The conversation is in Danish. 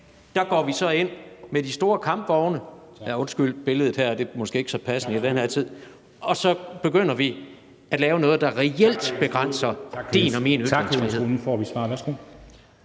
så vi går ind med de store kampvogne – undskyld billedet her, det er måske ikke så passende i den her tid – og begynder at lave noget, der reelt begrænser din og min ytringsfrihed.